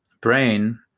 brain